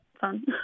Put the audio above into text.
fun